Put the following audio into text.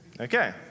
Okay